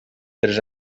tres